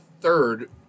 third